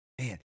Man